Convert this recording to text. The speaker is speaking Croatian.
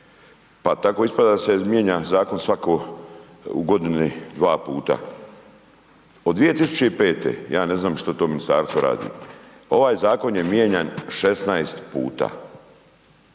pa tako ispada da se mijenja zakon svako u godini dva puta. Od 2005., ja ne znam što to ministarstvo radi. Ovaj zakon je mijenjan 16 puta.